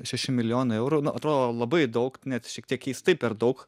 šeši milijonai eurų nu atrodo labai daug net šiek tiek keistai per daug